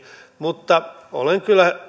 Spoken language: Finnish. mutta olen kyllä